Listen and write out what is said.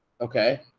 okay